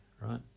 Right